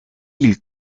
îles